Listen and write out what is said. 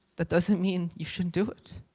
that doesn't mean you shouldn't do it,